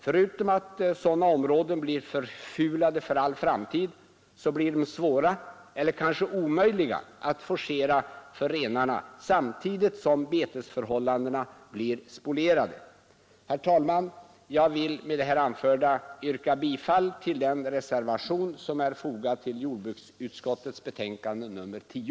Förutom att sådana områden blir förfulade för all framtid blir de svåra eller kanske omöjliga att forcera för renarna samtidigt som betesförhållandena blir spolierade. Herr talman! Jag vill med det anförda yrka bifall till den reservation som är fogad till jordbruksutskottets betänkande nr 10.